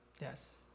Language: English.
Yes